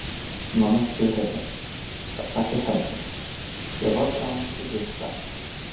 mano fiureri atsakė hesas ieva braun sužeista